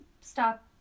Stop